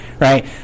Right